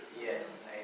Yes